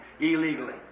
illegally